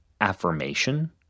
affirmation